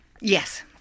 Yes